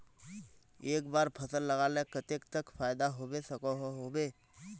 एक बार फसल लगाले कतेक तक फायदा होबे सकोहो होबे?